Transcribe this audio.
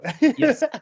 yes